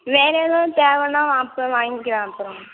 வேறு எதுவும் தேவைன்னா அப்புறம் வாங்கிக்கிறேன் அப்புறம்